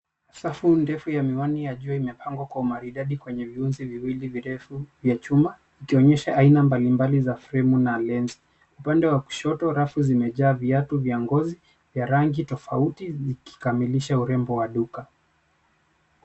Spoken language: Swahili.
Safu ndefu ya miwani ya jua imepangwa kwa umaridadi kwenye viunzi viwili virefu vya chuma ikionyesha aina mbalimbali za fremu na lensi. Upande wa kushoto rafu zimejaa viatu vya ngozi ya rangi tofauti vikikamilisha urembo wa duka.